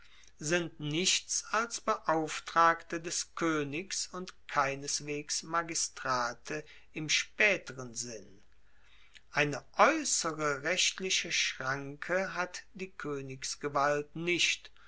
sind nichts als beauftragte des koenigs und keineswegs magistrate im spaeteren sinn eine aeussere rechtliche schranke hat die koenigsgewalt nicht